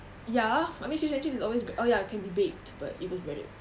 ya I mean fish and chips is always bre~ oh ya can be baked but it was breaded